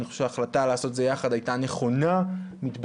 אני חושב שההחלטה לעשות את זה ביחד היתה נכונה ומתבקשת.